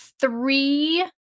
three